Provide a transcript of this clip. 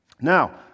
Now